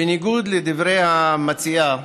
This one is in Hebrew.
בניגוד לדברי המציעה,